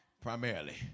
primarily